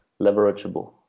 leverageable